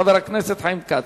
חבר הכנסת חיים כץ.